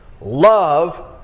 love